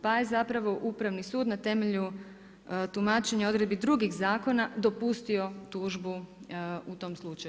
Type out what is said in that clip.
Pa je zapravo Upravi sud, na temelju tumačenju odredbi drugih zakona dopustio tužbu u tom slučaju.